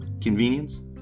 convenience